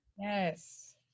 Yes